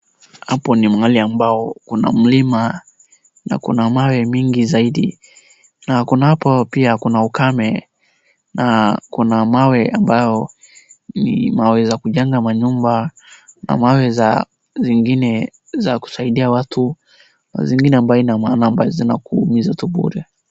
Hapo kuna mlima na kuna mawe mingi na pia kuna ukame. Pia kuna mawe za kujenga nyumba,